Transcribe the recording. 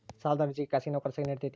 ಸಾಲದ ಅರ್ಜಿಗೆ ಖಾಸಗಿ ನೌಕರರ ಸಹಿ ನಡಿತೈತಿ?